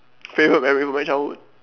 favourite memory of your childhood